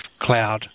cloud